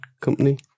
company